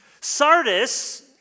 Sardis